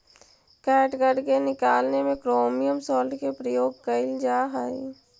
catgut के निकालने में क्रोमियम सॉल्ट के प्रयोग कइल जा हई